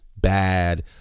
bad